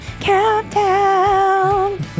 countdown